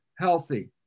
healthy